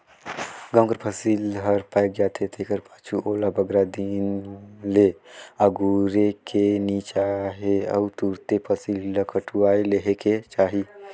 गहूँ कर फसिल हर पाएक जाथे तेकर पाछू ओला बगरा दिन ले अगुरेक नी चाही अउ तुरते फसिल ल कटुवाए लेहेक चाही